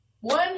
one